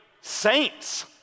saints